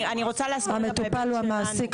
אני רוצה להסביר מההיבט שלנו,